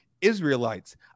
Israelites